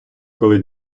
коли